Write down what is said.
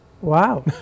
Wow